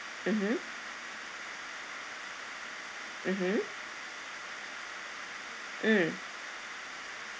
mmhmm mmhmm mm